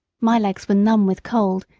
my legs were numb with cold,